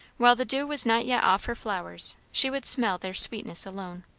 while the dew was not yet off her flowers, she would smell their sweetness alone.